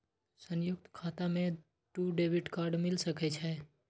संयुक्त खाता मे दू डेबिट कार्ड मिल सके छै?